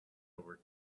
over